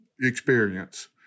experience